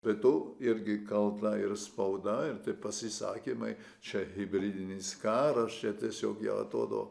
be to irgi kalta ir spauda ir tie pasisakymai čia hibridinis karas čia tiesiog jo atrodo